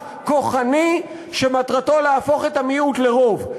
כוחני שמטרתו להפוך את המיעוט לרוב.